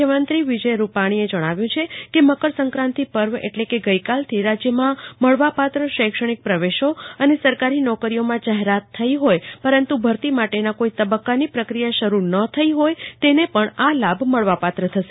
મુખ્યમંત્રી વિજય રૂપાજીએ જજ્ઞાવ્યું છે કે મકર સંક્રાંતિ પર્વ એટલે કે આજથી રાજ્યમાં મળવાપાત્ર શૈક્ષષ્જિક પ્રવેશો અને સરકારી નોકરીઓમાં જાહેરાત થઈ હોય પરંતુ ભરતી માટેના કોઈ તબક્કાની પ્રક્રિયા શરૂ ન થઈ હોય તેને પણ આ લાભ મળવા પાત્ર થશે